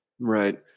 Right